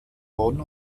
bonn